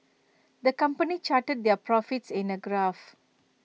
the company charted their profits in A graph